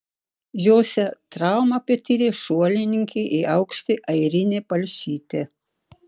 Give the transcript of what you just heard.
jose traumą patyrė šuolininkė į aukštį airinė palšytė